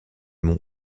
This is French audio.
monts